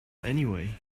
anyway